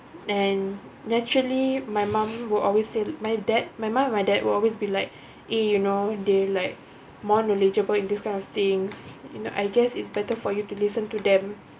and naturally my mum will always say my dad my mum my dad will always be like eh you know they like more knowledgeable in these kind of things in I guess it's better for you to listen to them